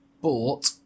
bought